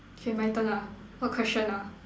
K my turn lah what question ah